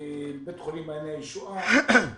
בית חולים מעייני הישועה,